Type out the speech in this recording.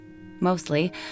mostly